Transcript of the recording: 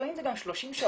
לפעמים זה גם 30 שעות.